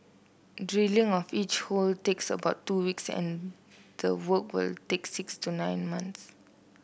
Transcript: drilling of each hole takes about two weeks and the work will take six to nine months